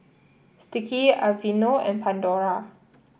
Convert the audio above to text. Sticky Aveeno and Pandora